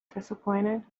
disappointed